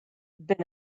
been